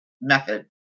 method